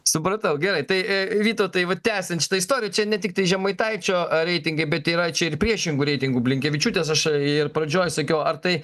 supratau gerai tai i vytautai va tęsiant šitą istoriją čia ne tiktai žemaitaičio a reitingai bet yra čia ir priešingų reitingų blinkevičiūtės aš ir pradžioj sakiau ar tai